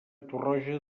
torroja